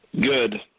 Good